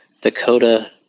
Dakota